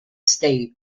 state